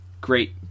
Great